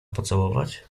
pocałować